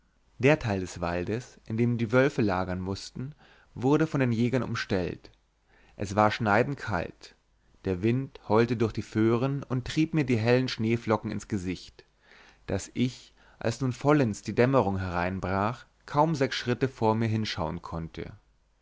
der teil des waldes in dem die wölfe lagern mußten wurde von den jägern umstellt es war schneidend kalt der wind heulte durch die föhren und trieb mir die hellen schneeflocken ins gesicht daß ich als nun vollends die dämmerung einbrach kaum sechs schritte vor mir hinschauen konnte